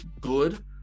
good